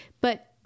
but-